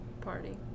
Party